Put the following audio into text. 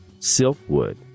Silkwood